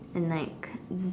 and like